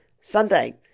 Sunday